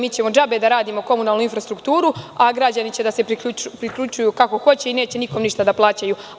Mi treba džabe da radimo komunalnu infrastrukturu, a građani će da se priključuju kako hoće i neće nikom ništa da plaćaju?